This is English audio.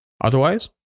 otherwise